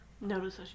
notice